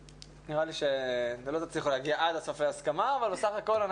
נראה לי שלא תצליחו להגיע עד הסוף להסכמה אבל בסך הכול,